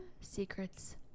Secrets